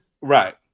Right